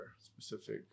specific